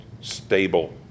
stable